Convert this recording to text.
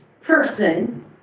person